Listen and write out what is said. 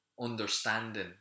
understanding